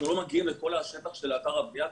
אנחנו לא מגיעים לכל השטח של אתר הבנייה,